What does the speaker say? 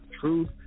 Truth